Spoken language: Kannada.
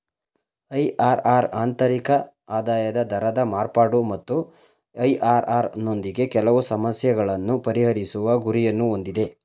ಐ.ಆರ್.ಆರ್ ಆಂತರಿಕ ಆದಾಯದ ದರದ ಮಾರ್ಪಾಡು ಮತ್ತು ಐ.ಆರ್.ಆರ್ ನೊಂದಿಗೆ ಕೆಲವು ಸಮಸ್ಯೆಗಳನ್ನು ಪರಿಹರಿಸುವ ಗುರಿಯನ್ನು ಹೊಂದಿದೆ